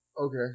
Okay